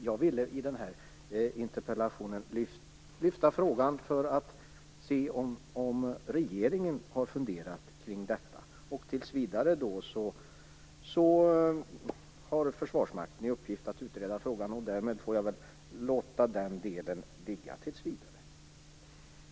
Jag ville i den här interpellationen lyfta frågan för att se om regeringen har funderat kring detta. Tills vidare har Försvarsmakten i uppgift att utreda frågan. Därmed får jag väl låta den delen ligga tills vidare.